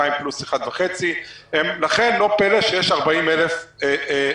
פריים פלוס 1.5%. לכן לא פלא שיש 40,000 פניות.